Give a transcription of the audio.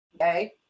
okay